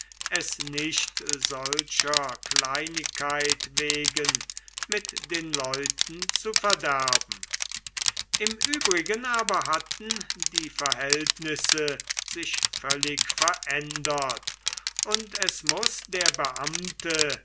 es nicht solcher kleinigkeit wegen mit den leuten zu verderben im übrigen aber hatten die verhältnisse sich völlig verändert und es muß der beamte